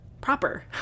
proper